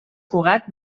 cugat